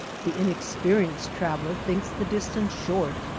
the inex perienced traveller thinks the distance short,